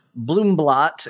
Bloomblot